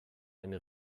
eine